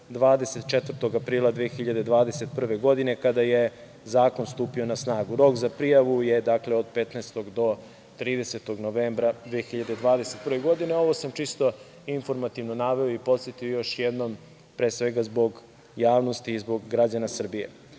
24. aprila 2021. godine kada je zakon stupio na snagu. Rok za prijavu je od 15. do 30. novembra 2021. godine. Ovo sam čisto informativno naveo i podsetio još jednom zbog javnosti i zbog građana Srbije. Kao